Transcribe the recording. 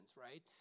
right